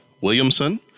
Williamson